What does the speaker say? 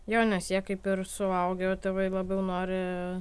jo nes jie kaip ir suaugę o tėvai labiau nori